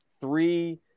three